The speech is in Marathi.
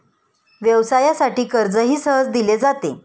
व्यवसायासाठी कर्जही सहज दिले जाते